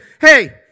hey